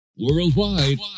worldwide